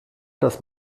das